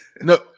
no